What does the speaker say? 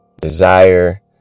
desire